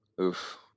Oof